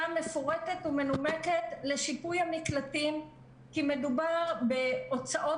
מפורטת ומנומקת לשיפוי המקלטים כי מדובר בהוצאות